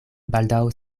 baldaŭ